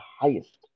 highest